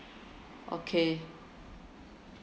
okay